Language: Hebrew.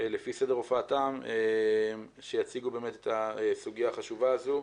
לפי סדר הופעתם שיציגו את הסוגיה החשובה הזו.